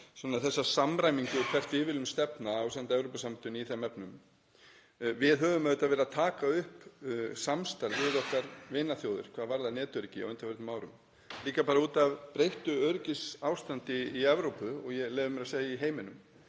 þessa samræmingu, hvert við viljum stefna ásamt Evrópusambandinu í þeim efnum. Við höfum auðvitað verið að taka upp samstarf við okkar vinaþjóðir hvað varðar netöryggi á undanförnum árum, líka bara út af breyttu öryggisástandi í Evrópu, og ég leyfi mér að segja í heiminum.